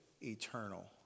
eternal